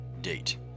Date